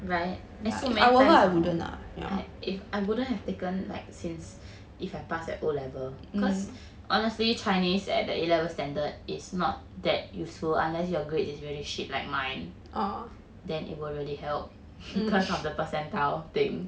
right and so many times somemore I wouldn't have taken like since if I passed at O level cause honestly chinese at the A level standard is not that useful unless your grades is really shit like mine then it will really help because of the percentile thing